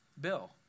Bill